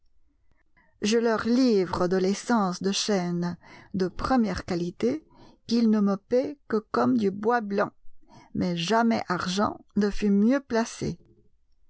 je leur livre de l'essence de chêne de première qualité qu'ils ne me paient que comme du bois blanc mais jamais argent ne fut mieux placé